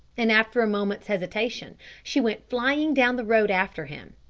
and after a moment's hesitation, she went flying down the road after him.